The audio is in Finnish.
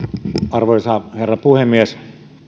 arvoisa herra puhemies